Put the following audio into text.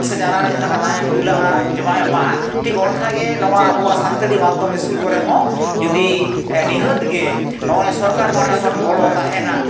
ᱥᱮ ᱪᱟᱨᱟ ᱨᱮ ᱡᱟᱦᱟᱸ ᱞᱮᱠᱟ ᱫᱟᱜ ᱮᱢ ᱫᱩᱞᱟᱜᱼᱟ ᱡᱚᱢᱟᱜ ᱮᱢ ᱮᱢᱟᱜᱼᱟ ᱴᱷᱤᱠ ᱚᱱᱠᱟᱜᱮ ᱱᱚᱣᱟ ᱟᱵᱚᱣᱟᱜ ᱥᱟᱱᱛᱟᱲᱤ ᱢᱟᱫᱽᱫᱷᱚᱢ ᱤᱥᱠᱩᱞ ᱠᱚᱨᱮᱜ ᱦᱚᱸ ᱡᱩᱫᱤ ᱱᱤᱦᱟᱹᱛ ᱜᱮ ᱱᱚᱜᱼᱚᱭ ᱥᱚᱨᱠᱟᱨ ᱯᱟᱦᱴᱟ ᱠᱷᱚᱱ ᱜᱚᱲᱚ ᱛᱟᱦᱮᱱᱟ